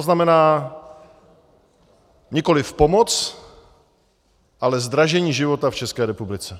To znamená nikoliv pomoc, ale zdražení života v České republice.